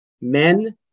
Men